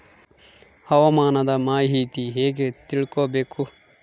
ಹವಾಮಾನದ ಮಾಹಿತಿ ಹೇಗೆ ತಿಳಕೊಬೇಕು?